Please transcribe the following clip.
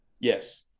Yes